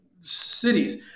cities